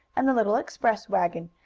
and the little express wagon,